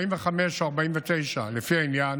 45 או 49, לפי העניין,